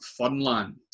Funland